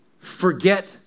Forget